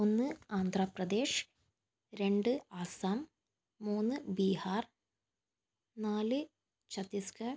ഒന്ന് ആന്ധ്രാപ്രദേശ് രണ്ട് ആസാം മൂന്ന് ബീഹാർ നാല് ചത്തീസ്ഗഡ്